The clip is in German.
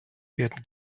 werden